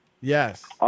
Yes